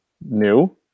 new